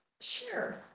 Sure